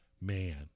man